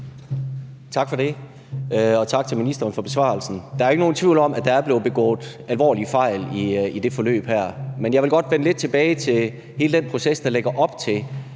Tak for det. Og tak til statsministeren for besvarelsen. Der er ikke nogen tvivl om, at der er blevet begået alvorlige fejl i det her forløb, men jeg vil godt vende lidt tilbage til hele den proces, der ligger op til